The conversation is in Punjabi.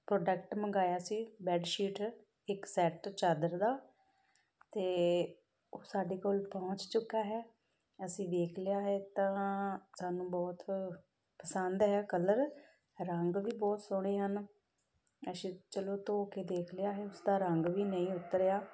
ਪ੍ਰੋਡਕਟ ਮੰਗਵਾਇਆ ਸੀ ਬੈੱਡ ਸ਼ੀਟ ਇੱਕ ਸੈੱਟ ਚਾਦਰ ਦਾ ਅਤੇ ਉਹ ਸਾਡੇ ਕੋਲ ਪਹੁੰਚ ਚੁੱਕਾ ਹੈ ਅਸੀਂ ਦੇਖ ਲਿਆ ਹੈ ਤਾਂ ਸਾਨੂੰ ਬਹੁਤ ਪਸੰਦ ਹੈ ਕਲਰ ਰੰਗ ਵੀ ਬਹੁਤ ਸੋਹਣੇ ਹਨ ਅੱਛਾ ਚਲੋ ਧੋ ਕੇ ਦੇਖ ਲਿਆ ਹੈ ਉਸਦਾ ਰੰਗ ਵੀ ਨਹੀਂ ਉਤਰਿਆ